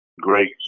great